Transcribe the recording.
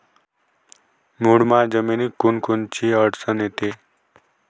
मुरमाड जमीनीत कोनकोनची अडचन येते?